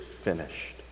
finished